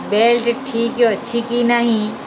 belt ଠିକ ଅଛି କି ନାହିଁ